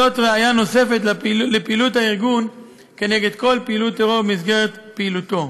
זאת ראיה נוספת לפעילות הארגון נגד כל פעילות טרור במסגרת פעילותו.